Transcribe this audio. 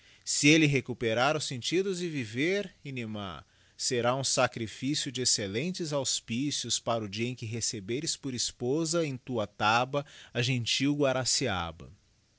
se elle recuperar os sentidos e viver inimà ser um sacrifício de excellentes auspícios para o dia em que receberes por esposa em tua taba a gentil guaraciaba